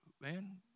Man